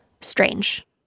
strange